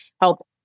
help